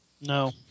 no